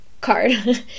card